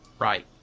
right